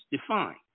defined